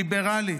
ליברלית,